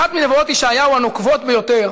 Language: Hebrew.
אחת מנבואות ישעיהו הנוקבות ביותר